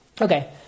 okay